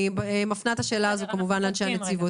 אני מפנה את השאלה הזאת לאנשי הנציבות.